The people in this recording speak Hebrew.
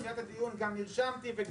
בתחילת הדיון, גם נרשמתי.